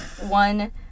One